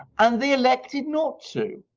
and they elected not to.